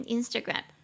Instagram